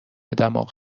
دماغ